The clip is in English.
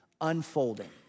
unfolding